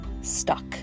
stuck